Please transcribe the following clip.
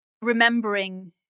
remembering